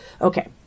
Okay